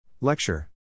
Lecture